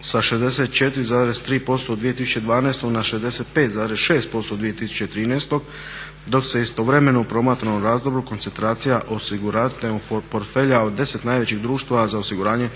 sa 64,3% u 2012. na 65,6% u 2013., dok se istovremeno u promatranom razdoblju koncentracija osiguravateljnog portfelja od 10 najvećih društava za osiguranje